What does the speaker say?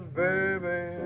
baby